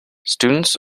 students